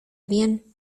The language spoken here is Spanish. bien